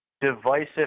divisive